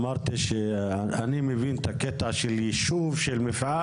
אמרתי שאני מבין את הקטע של ישוב, של מפעל.